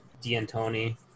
D'Antoni